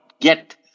get